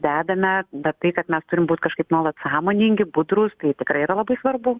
dedame bet tai kad mes turim būt kažkaip nuolat sąmoningi budrūs tai tikrai yra labai svarbu